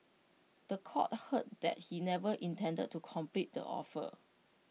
The Court heard that he never intended to complete the offer